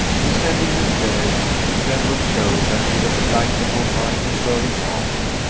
descending the stairs, she trembled so that she was obliged to hold by the servant's arm.